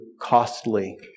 costly